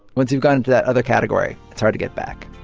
once you've gone into that other category, it's hard to get back.